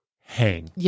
hang